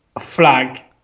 flag